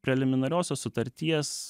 preliminariosios sutarties